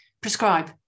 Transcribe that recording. prescribe